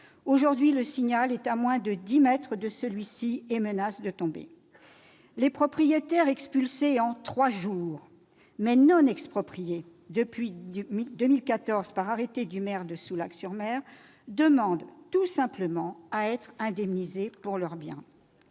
Aujourd'hui, Le Signalest à moins de 10 mètres du rivage et menace de tomber. Les propriétaires, expulsés en trois jours, mais non expropriés, depuis 2014, par arrêté du maire de Soulac-sur-Mer, demandent tout simplement à être indemnisés pour leur bien.